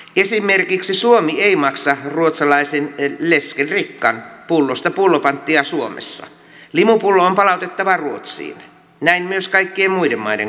esimerkiksi suomi ei maksa ruotsalaisen läskedricka pullosta pullopanttia suomessa limupullo on palautettava ruotsiin näin myös kaikkien muiden maiden kohdalla